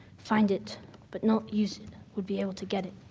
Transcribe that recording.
find it but not use it, would be able to get it